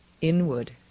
inward